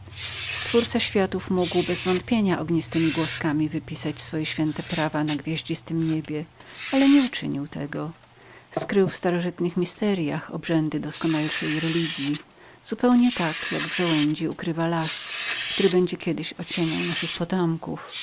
opatrzności stwórca światów mógł bezwątpienia ognistemi głoskami wypisać swoje święte prawa na gwiazdzistem niebie ale nie uczynił tego skrył w dawnych tajemnicach ziarna doskonalszej religji zupełnie tak jak w żołędzi ukrywa las który będzie kiedyś ocieniał naszych potomków